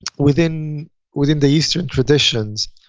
within within the eastern traditions,